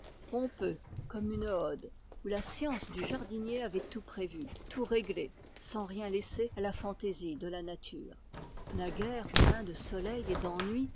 pompeux comme une ode où la science du jardinier avait tout prévu tout réglé sans rien laisser à la fantaisie de la nature naguère plein de soleil et d'ennui